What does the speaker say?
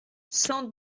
cent